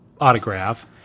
autograph